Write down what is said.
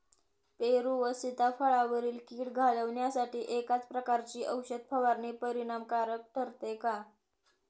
पेरू व सीताफळावरील कीड घालवण्यासाठी एकाच प्रकारची औषध फवारणी परिणामकारक ठरते का?